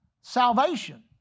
Salvation